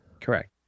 Correct